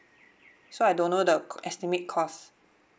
so I don't know the c~ estimate cost